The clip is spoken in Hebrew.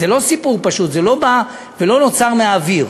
זה לא סיפור פשוט, זה לא נוצר מהאוויר.